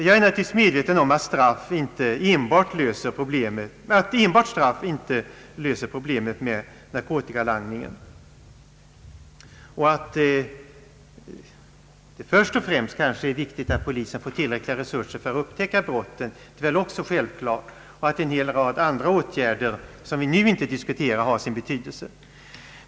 Jag är naturligtvis medveten om att enbart straff inte löser problemet med narkotikahanteringen. Självklart är det först och främst av vikt att polisen får tillräckliga resurser att upptäcka brotten. En hel rad andra åtgärder, som vi nu inte diskuterar, har också sin betydelse.